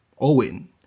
Owen